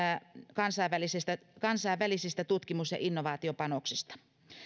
kilpajuoksussa kansainvälisistä tutkimus ja innovaatiopanoksista